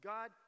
God